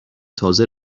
تازه